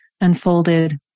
unfolded